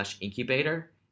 incubator